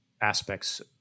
aspects